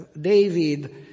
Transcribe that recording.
David